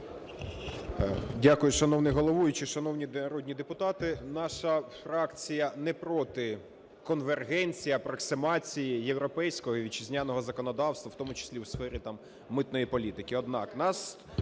Дякую, шановний головуючий. Шановні народні депутати, наша фракція не проти конвергенції, апроксимації європейського і вітчизняного законодавства, у тому числі у сфері там митної політики.